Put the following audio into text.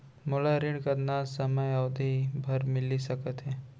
मोला ऋण कतना समयावधि भर मिलिस सकत हे?